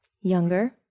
younger